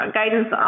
guidance